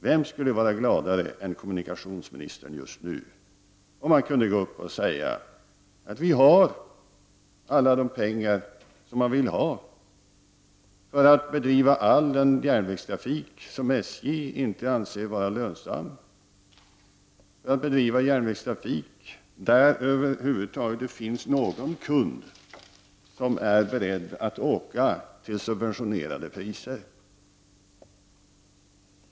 Vem skulle vara gladare än den som är kommunikationsminister just nu om han kunde gå upp i talarstolen och säga: Vi har alla de pengar man vill ha för att bedriva den järnvägstrafik som SJ inte anser vara lönsam, för att bedriva järnvägstrafik där det över huvud taget finns någon kund som är beredd att åka till subventionerade priser.